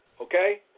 okay